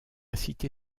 cité